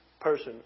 person